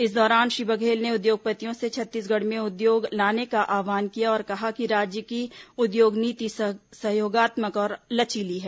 इस दौरान श्री बघेल ने उद्योगपतियों से छत्तीसगढ़ में उद्योग लगाने का आहवान किया और कहा कि राज्य की उद्योग नीति सहयोगात्मक और लचीली है